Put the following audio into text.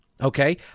Okay